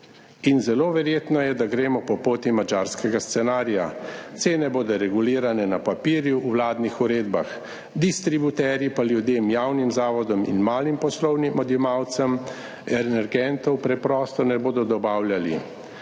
zelo verjetno je, da gremo po poti madžarskega scenarija. Cene bodo regulirane na papirju, v vladnih uredbah, distributerji pa ljudem, javnim zavodom in malim poslovnim odjemalcem energentov preprosto ne bodo dobavljali.